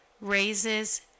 raises